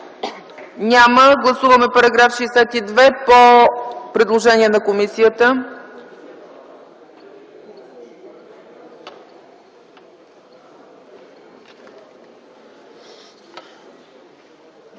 Няма. Гласуваме чл. 7 по предложение на комисията.